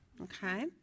okay